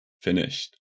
finished